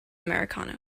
americano